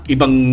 Ibang